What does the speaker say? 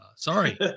Sorry